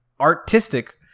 artistic